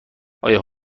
آیا